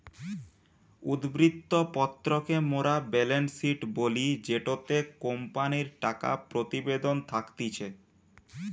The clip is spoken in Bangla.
উদ্ধৃত্ত পত্র কে মোরা বেলেন্স শিট বলি জেটোতে কোম্পানির টাকা প্রতিবেদন থাকতিছে